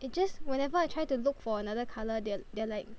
it just whenever I try to look for another colour they~ they're like